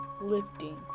lifting